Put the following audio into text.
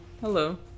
Hello